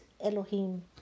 Elohim